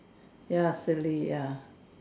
ya silly ya